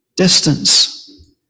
Distance